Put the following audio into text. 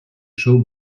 show